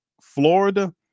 Florida